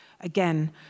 again